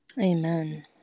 Amen